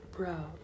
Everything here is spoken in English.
Bro